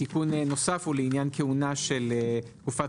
תיקון נוסף הוא לעניין כהונה של תקופת